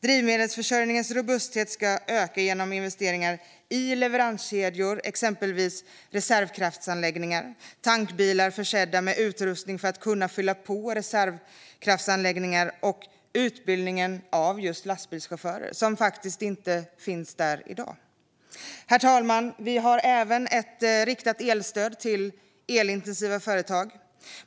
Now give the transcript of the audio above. Drivmedelsförsörjningens robusthet ska öka genom investeringar i leveranskedjor, exempelvis reservkraftsanläggningar, tankbilar försedda med utrustning för att kunna fylla på reservkraftsanläggningar och utbildning av just lastbilschaufförer. Den finns inte där i dag. Herr talman! Vi har även ett riktat elstöd till elintensiva företag.